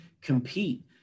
compete